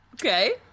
Okay